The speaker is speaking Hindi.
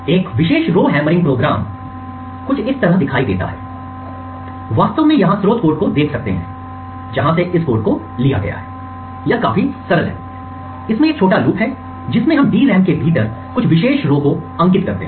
एक विशेष रो हमेरिंग प्रोग्राम कुछ इस तरह दिखाई देता हैवास्तव में यहां स्रोत कोड को देख सकते हैं जहां से इस कोड को लिया गया है यह काफी सरल हैइसमें एक छोटा लूप है जिसमें हम DRAM के भीतर कुछ विशेष रो को अंकित करते हैं